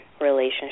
relationship